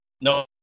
No